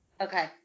Okay